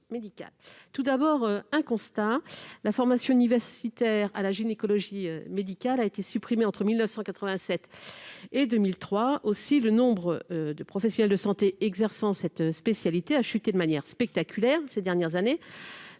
Tout d'abord, il faut le constater, la formation universitaire à la gynécologie médicale a été supprimée entre 1987 et 2003, de sorte que le nombre de professionnels de santé exerçant cette spécialité a chuté de manière spectaculaire ces dernières années,